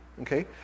Okay